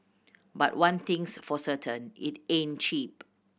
but one thing's for certain it ain't cheap